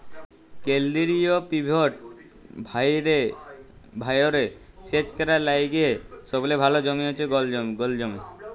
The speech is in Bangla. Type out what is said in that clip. কেলদিরিয় পিভট ভাঁয়রে সেচ ক্যরার লাইগে সবলে ভাল জমি হছে গল জমি